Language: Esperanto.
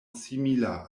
simila